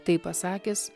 tai pasakęs